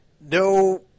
no